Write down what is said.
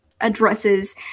addresses